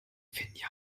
finja